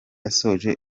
asoje